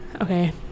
Okay